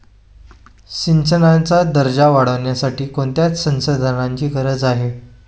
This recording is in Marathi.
सिंचनाचा दर्जा वाढविण्यासाठी कोणत्या संसाधनांची गरज आहे?